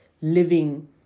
living